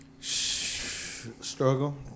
struggle